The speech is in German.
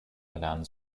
erlernen